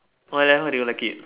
why leh why do you like it